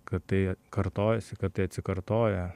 kad tai kartojasi kad tai atsikartoja